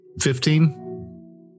Fifteen